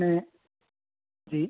અને જી